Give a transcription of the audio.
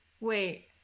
wait